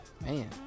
Man